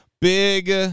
big